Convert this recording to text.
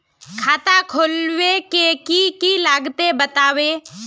खाता खोलवे के की की लगते बतावे?